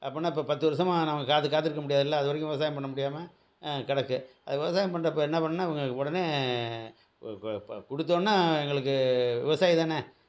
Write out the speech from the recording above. அப்போனா இப்போ பத்து வருஷமா நம்ம காத்து காத்திருக்க முடியாதில்ல அது வரைக்கும் விவசாயம் பண்ண முடியாமல் கிடக்கு அது விவசாயம் பண்ணுறப்ப என்ன பண்ண இவங்களுக்கு உடனே இப்போ கொடுத்தோன்னே எங்களுக்கு விவசாயி தானே